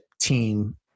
team